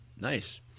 Nice